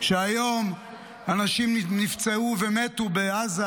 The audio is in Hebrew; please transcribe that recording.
כשהיום אנשים נפצעו ומתו בעזה,